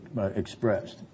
expressed